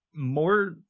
more